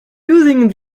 using